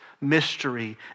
mystery